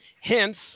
Hence